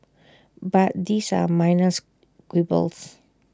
but these are minor quibbles